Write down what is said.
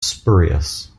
spurious